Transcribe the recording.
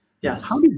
Yes